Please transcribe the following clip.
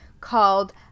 called